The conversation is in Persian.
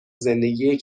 زندگی